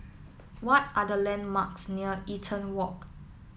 what are the landmarks near Eaton Walk